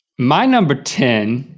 my number ten